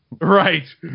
right